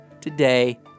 today